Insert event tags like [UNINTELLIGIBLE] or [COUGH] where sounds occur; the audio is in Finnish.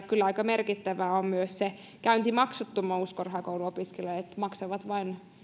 [UNINTELLIGIBLE] kyllä aika merkittävä on myös se käyntimaksuttomuus korkeakouluopiskelijat maksavat vain